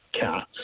cats